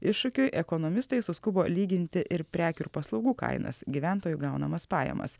iššūkiui ekonomistai suskubo lyginti ir prekių ir paslaugų kainas gyventojų gaunamas pajamas